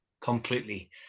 completely